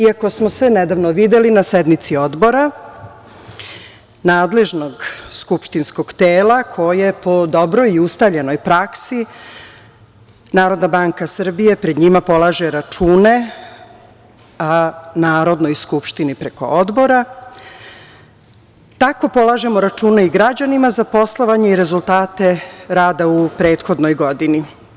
Iako smo se nedavno videli na sednici Odbora, nadležnog skupštinskog tela, koji po dobroj i ustaljenoj praksi NBS pred njima polaže račune, a Narodnoj skupštini preko Odbora, tako polažemo račune i građanima za poslovanje i rezultate rada u prethodnoj godini.